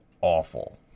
awful